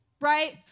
right